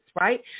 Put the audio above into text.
right